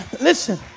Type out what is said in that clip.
Listen